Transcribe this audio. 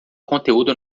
conteúdo